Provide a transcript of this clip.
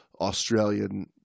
Australian